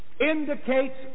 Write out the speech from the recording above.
indicates